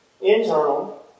internal